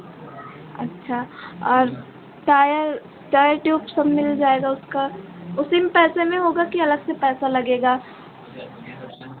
अच्छा और tyre tyre tube सब मिल जाएगा उसका उसी में पैसे में होगा कि अलग से पैसा लगेगा